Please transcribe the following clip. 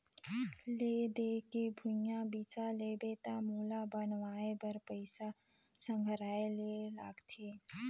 ले दे के भूंइया बिसा लेबे त ओला बनवाए बर पइसा संघराये ले लागथे